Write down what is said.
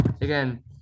again